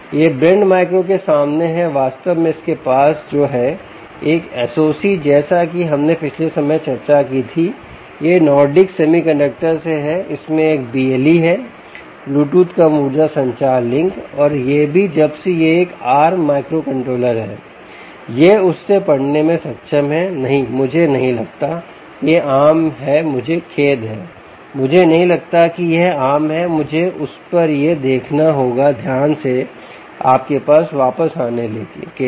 यह blend micro से सामने है वास्तव में इसके पास जो है एक SOC जैसा कि हमने पिछले समय चर्चा की थी यह नॉर्डिक सेमीकंडक्टर से है इसमें एक BLE है ब्लूटूथ कम ऊर्जा संचार लिंक और यह भी जब से यह एक आर्म माइक्रोकंट्रोलर है यह उससे पढ़ने में सक्षम है नहीं मुझे नहीं लगता कि यह आर्म है मुझे खेद है मुझे नहीं लगता कि यह आर्म है मुझे उस पर यह देखना होगा ध्यान से आपके पास वापस आने के लिए